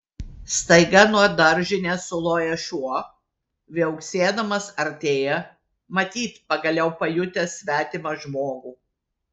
staiga nuo daržinės suloja šuo viauksėdamas artėja matyt pagaliau pajutęs svetimą žmogų